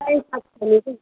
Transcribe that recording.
रायो साग खाने चाहिँ